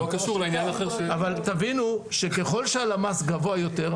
אבל תבינו שככל שהלמ"ס גבוה יותר,